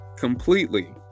completely